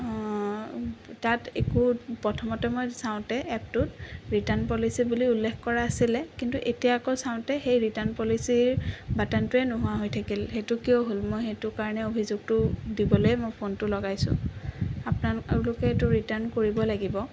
তাত একো প্ৰথমতে মই চাওঁতে এপটোত ৰিটাৰ্ন পলিচি বুলি উল্লেখ কৰা আছিলে কিন্তু এতিয়া আকৌ চাওঁতে সেই ৰিটাৰ্ন পলিচিৰ বাটানটোৱে নোহোৱা হৈ থাকিল সেইটো কিয় হ'ল মই সেইটো কাৰণে অভিযোগটো দিবলৈয়ে মই ফোনটো লগাইছোঁ আপোনালোকে এইটো ৰিটাৰ্ন কৰিব লাগিব